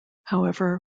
however